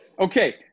Okay